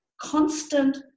constant